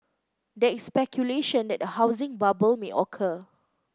there is speculation that a housing bubble may occur